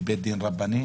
בבית דין רבני.